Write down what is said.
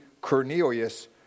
Cornelius